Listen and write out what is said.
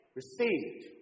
received